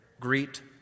Greet